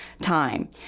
time